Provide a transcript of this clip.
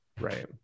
Right